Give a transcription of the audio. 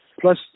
plus